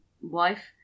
wife